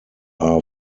are